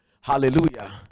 hallelujah